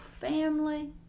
family